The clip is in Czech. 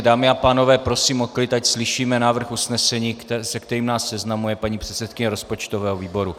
Dámy a pánové, prosím o klid, ať slyšíme návrh usnesení, se kterým nás seznamuje paní předsedkyně rozpočtového výboru.